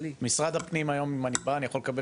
אם אני מגיע היום למשרד הפנים אני יכול לקבל